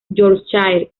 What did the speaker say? yorkshire